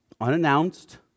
unannounced